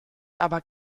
aber